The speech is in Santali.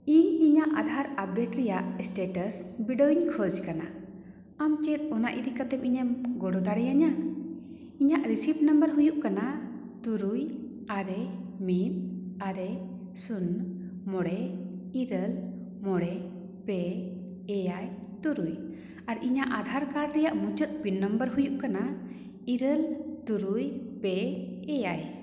ᱤᱧ ᱤᱧᱟᱹᱜ ᱟᱫᱷᱟᱨ ᱟᱯᱰᱮᱴ ᱨᱮᱭᱟᱜ ᱥᱴᱮᱴᱟᱥ ᱵᱤᱰᱟᱹᱣᱤᱧ ᱠᱷᱚᱡᱽ ᱠᱟᱱᱟ ᱟᱢ ᱪᱮᱫ ᱚᱱᱟ ᱤᱫᱤ ᱠᱟᱛᱮᱫ ᱤᱧᱮᱢ ᱜᱚᱲᱚ ᱫᱟᱲᱮᱭᱤᱧᱟ ᱤᱧᱟᱹᱜ ᱨᱤᱥᱤᱵᱷ ᱱᱚᱢᱵᱚᱨ ᱦᱩᱭᱩᱜ ᱠᱟᱱᱟ ᱛᱩᱨᱩᱭ ᱟᱨᱮ ᱢᱤᱫ ᱟᱨᱮ ᱢᱤᱫ ᱟᱨᱮ ᱥᱩᱱᱱᱚ ᱢᱚᱬᱮ ᱤᱨᱟᱹᱞ ᱢᱚᱬᱮ ᱯᱮ ᱮᱭᱟᱭ ᱛᱩᱨᱩᱭ ᱟᱨ ᱤᱧᱟᱹᱜ ᱟᱫᱷᱟᱨ ᱠᱟᱨᱰ ᱨᱮᱭᱟᱜ ᱢᱩᱪᱟᱹᱫ ᱯᱩᱱ ᱱᱟᱢᱵᱟᱨ ᱦᱩᱭᱩᱜ ᱠᱟᱱᱟ ᱤᱨᱟᱹᱞ ᱛᱩᱨᱩᱭ ᱯᱮ ᱮᱭᱟᱭ